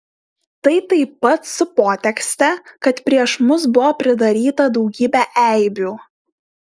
tai taip pat su potekste kad prieš mus buvo pridaryta daugybė eibių